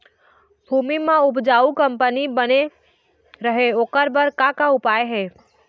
भूमि म उपजाऊ कंपनी बने रहे ओकर बर अउ का का उपाय हे?